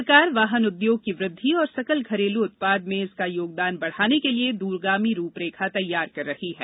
सरकार वाहन उद्योग की वृद्धि और सकल घरेलू उत्पाद में इसका योगदान बढ़ाने के लिए दूरगामी रूपरेखा तैयार कर रही है